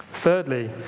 Thirdly